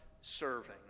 serving